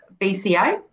BCA